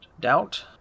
doubt